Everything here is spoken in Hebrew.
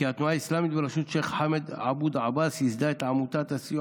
כי התנועה האסלאמית בראשות שייח' חאמד אבו דעאבס ייסדה את עמותת הסיוע